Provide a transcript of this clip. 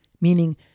meaning